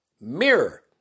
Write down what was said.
mirror